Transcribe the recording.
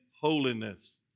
holiness